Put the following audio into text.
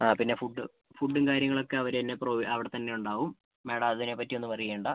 ആ പിന്നെ ഫുഡ് ഫുഡും കാര്യങ്ങളൊക്കെ അവർ ര് തന്നെ പ്രൊ അവിടെത്തന്നെ ഉണ്ടാവും മാഡം അതിനെ പറ്റിയൊന്നും വറി ചെയ്യേണ്ട